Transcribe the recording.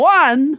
one